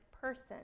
person